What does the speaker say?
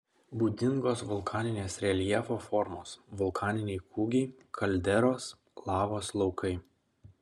būdingos vulkaninės reljefo formos vulkaniniai kūgiai kalderos lavos laukai